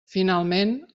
finalment